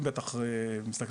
גם אתם בטח מסתכלים,